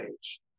age